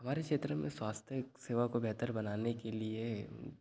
हमारे क्षेत्र में स्वास्थ सेवा को बेहतर बनाने के लिए